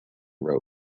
rope